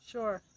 Sure